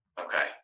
okay